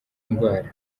ndwara